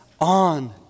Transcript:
on